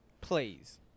please